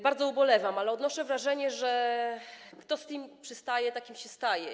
Bardzo nad tym ubolewam, ale odnoszę wrażenie, że kto z kim przystaje, takim się staje.